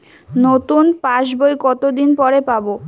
নতুন passbook কত দিন পরে পাবো?